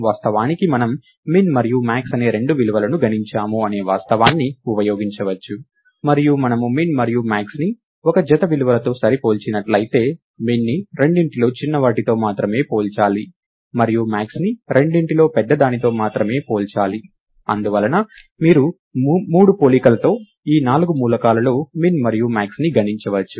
వాస్తవానికి మనం min మరియు max అనే రెండు విలువలను గణించాము అనే వాస్తవాన్ని ఉపయోగించవచ్చు మరియు మనము min మరియు maxని ఒక జత విలువలతో పోల్చినట్లయితే minని రెండింటిలో చిన్న వాటితో మాత్రమే పోల్చాలి మరియు maxని రెండింటిలో పెద్దదానితో మాత్రమే పోల్చాలి అందువలన మీరు 3 పోలికలతో ఈ నాలుగు మూలకాలలో min మరియు maxని గణించవచ్చు